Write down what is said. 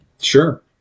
Sure